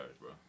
bro